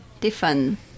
different